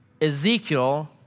Ezekiel